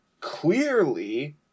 clearly